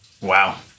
Wow